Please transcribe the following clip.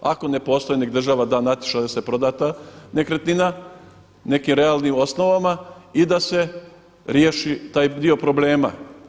Ako ne postoje nek' država da natječaj da se proda ta nekretnina u nekim realnim osnovama i da se riješi taj dio problema.